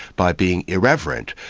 by being irreverent.